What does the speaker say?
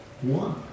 one